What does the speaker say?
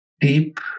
deep